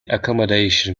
accommodation